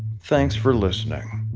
thanks for listening.